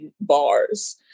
bars